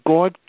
God